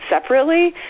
separately